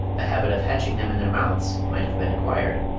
the habit of hatching them in their mouths might have been acquired.